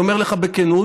אני אומר לך בכנות,